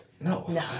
No